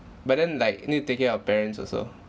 but then like you need to take care of parents also